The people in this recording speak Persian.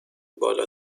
بالا